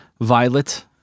Violet